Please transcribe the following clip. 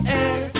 air